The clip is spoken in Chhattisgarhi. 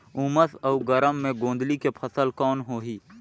उमस अउ गरम मे गोंदली के फसल कौन होही?